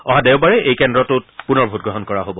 অহা দেওবাৰে এই কেন্দ্ৰটোত পুনৰ ভোটগ্ৰহণ কৰা হ'ব